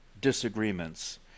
disagreements